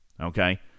okay